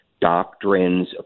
doctrines